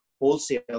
wholesale